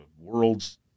world's